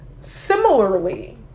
similarly